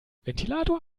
ventilator